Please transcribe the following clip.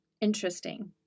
Interesting